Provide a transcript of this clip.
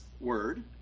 word